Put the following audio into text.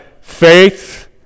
faith